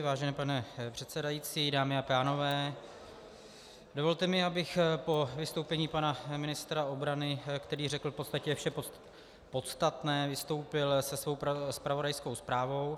Vážený pane předsedající, dámy a pánové, dovolte mi, abych po vystoupení pana ministra obrany, který řekl v podstatě vše podstatné, vystoupil se svou zpravodajskou zprávou.